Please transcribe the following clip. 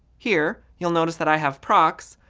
here, you'll notice that i have proxx,